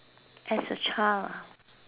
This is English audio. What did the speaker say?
as a child ah